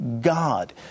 God